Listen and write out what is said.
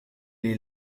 est